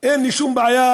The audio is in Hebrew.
אין לי שום בעיה,